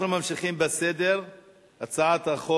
הצעת חוק